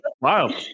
wow